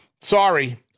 sorry